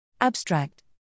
Abstract